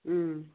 ம்